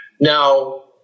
Now